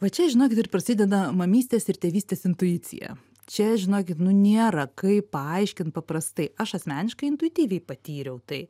va čia žinokit ir prasideda mamystės ir tėvystės intuicija čia žinokit nu nėra kaip paaiškint paprastai aš asmeniškai intuityviai patyriau tai